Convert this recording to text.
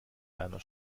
deiner